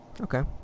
Okay